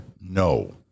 no